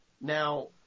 Now